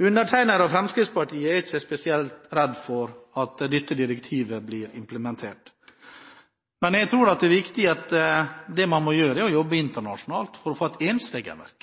Undertegnede og Fremskrittspartiet er ikke spesielt redde for at dette direktivet blir implementert. Det man må gjøre – og det tror jeg er viktig – er å jobbe internasjonalt for å få et